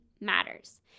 matters